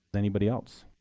anybody else?